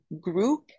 group